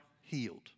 healed